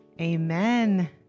amen